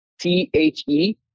T-H-E